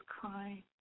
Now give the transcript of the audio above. crying